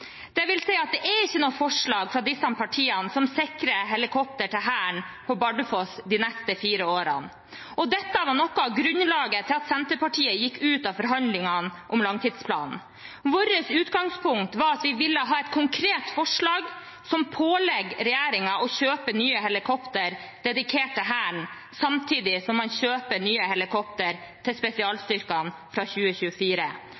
at det er ikke noe forslag fra disse partiene som sikrer helikoptre til Hæren på Bardufoss de neste fire årene. Dette var noe av grunnlaget for at Senterpartiet gikk ut av forhandlingene om langtidsplanen. Vårt utgangspunkt var at vi ville ha et konkret forslag som pålegger regjeringen å kjøpe nye helikoptre dedikert til Hæren, samtidig som man kjøper nye helikoptre til